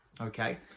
Okay